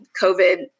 COVID